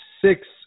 six